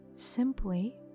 simply